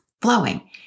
flowing